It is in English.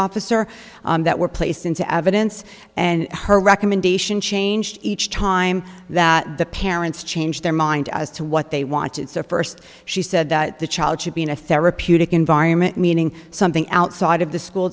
officer that were placed into evidence and her recommendation changed each time that the parents change their mind as to what they wanted so first she said that the child should be in a therapeutic environment meaning something outside of the school